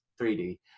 3D